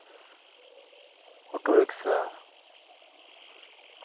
auto rickshaw